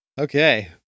Okay